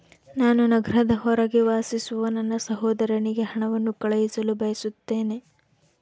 ನಾನು ನಗರದ ಹೊರಗೆ ವಾಸಿಸುವ ನನ್ನ ಸಹೋದರನಿಗೆ ಹಣವನ್ನು ಕಳುಹಿಸಲು ಬಯಸುತ್ತೇನೆ